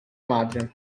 madre